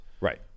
Right